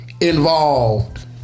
involved